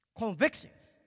Convictions